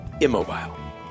Immobile